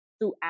throughout